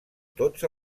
tots